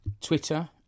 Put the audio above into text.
twitter